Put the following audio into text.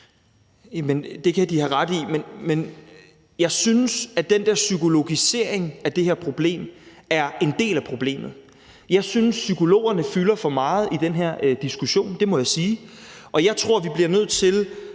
Det kan de har ret i, men jeg synes, at den der psykologisering af det her problem er en del af problemet. Jeg synes, at psykologerne fylder for meget i den her diskussion, det må jeg sige, og jeg tror, vi bliver nødt til